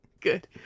Good